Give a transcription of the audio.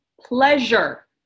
pleasure